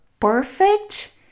perfect